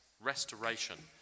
restoration